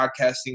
podcasting